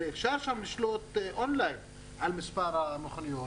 הרי אפשר שם לשלוט און-ליין על מספר המכוניות